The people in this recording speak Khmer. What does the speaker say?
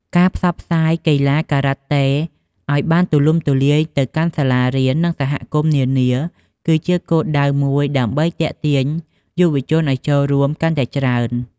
ការផ្សព្វផ្សាយកីឡាការ៉ាតេឲ្យបានទូលំទូលាយទៅកាន់សាលារៀន និងសហគមន៍នានាគឺជាគោលដៅមួយដើម្បីទាក់ទាញយុវជនឲ្យចូលរួមកាន់តែច្រើន។